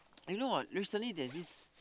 I know what recently there's this